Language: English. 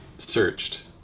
searched